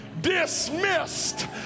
dismissed